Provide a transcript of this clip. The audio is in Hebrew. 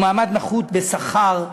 הוא מעמד נחות בשכר,